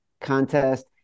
Contest